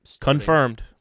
confirmed